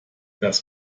das